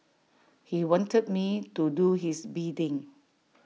he wanted me to do his bidding